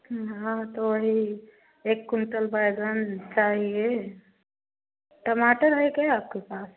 हाँ तो वही एक कुंटल बैंगन चाहिए टमाटर है क्या आपके पास